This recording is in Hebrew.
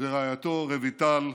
ורעייתו רויטל.